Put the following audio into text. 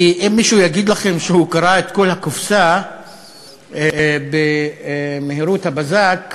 כי אם מישהו יגיד לכם שהוא קרא את כל הקופסה במהירות הבזק,